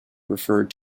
referred